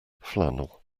flannel